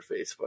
facebook